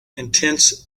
intense